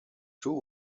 two